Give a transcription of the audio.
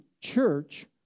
church